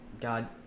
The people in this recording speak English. God